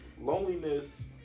loneliness